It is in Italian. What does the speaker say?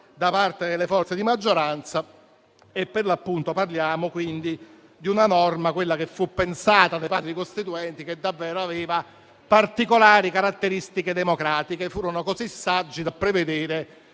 da parte delle forze di maggioranza. Parliamo quindi di una norma, quella pensata dai Padri costituenti, che davvero aveva particolari caratteristiche democratiche. Furono così saggi da prevedere